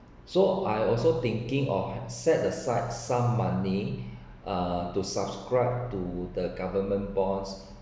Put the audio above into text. so I also thinking of set aside some money uh to subscribe to the government bonds